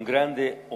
כבוד יושב-ראש הכנסת,